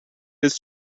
his